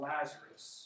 Lazarus